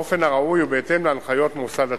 באופן הראוי ובהתאם להנחיית מוסד התכנון.